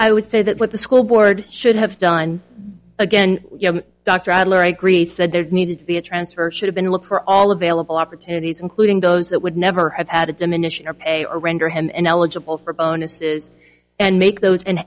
i would say that what the school board should have done again doctor said there needed to be a transfer should have been look for all available opportunities including those that would never have added diminish or pay or render him ineligible for bonuses and make those and